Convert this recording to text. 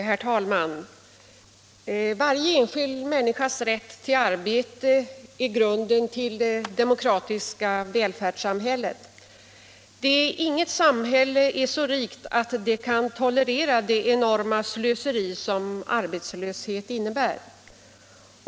Herr talman! Varje enskild människas rätt till arbete är grunden för det demokratiska välfärdssamhället. Inget samhälle är så rikt att det kan tolerera det enorma slöseri som arbetslöshet innebär.